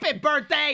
birthday